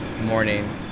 morning